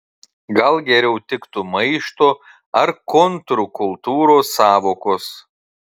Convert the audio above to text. gal geriau tiktų maišto ar kontrkultūros sąvokos